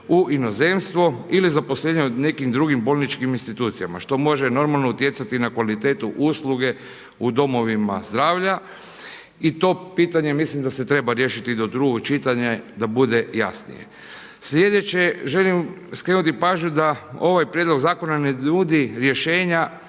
u inozemstvo ili zaposlenja u nekim drugim bolničkim institucijama što može normalno utjecati na kvalitetu usluge u domovima zdravlja i to pitanje mislim da se treba riješiti do drugog čitanja da bude jasnije. Slijedeće, želim skrenuti pažnju da ovaj Prijedlog Zakona ne nudi rješenja